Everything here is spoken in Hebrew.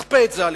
נכפה את זה עליכם.